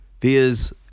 Via's